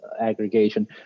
aggregation